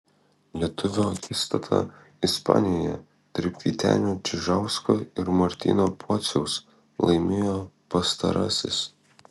lietuvių akistatą ispanijoje tarp vytenio čižausko ir martyno pociaus laimėjo pastarasis